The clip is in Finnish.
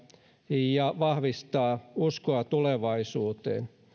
ja vahvistaa uskoa tulevaisuuteen